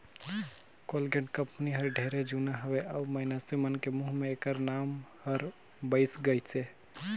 Colgate कंपनी हर ढेरे जुना हवे अऊ मइनसे मन के मुंह मे ऐखर नाव हर बइस गइसे